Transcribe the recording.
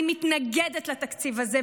אני מתנגדת לתקציב הזה,